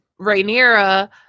Rhaenyra